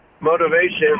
Motivation